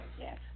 Yes